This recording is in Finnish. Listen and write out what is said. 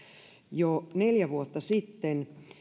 jo neljä vuotta sitten